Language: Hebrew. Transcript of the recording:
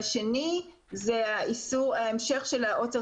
היינו פחות מבולבלים